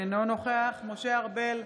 אינו נוכח משה ארבל,